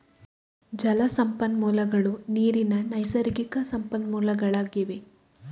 ಜಲ ಸಂಪನ್ಮೂಲಗಳು ನೀರಿನ ನೈಸರ್ಗಿಕ ಸಂಪನ್ಮೂಲಗಳಾಗಿವೆ